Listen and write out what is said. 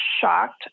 shocked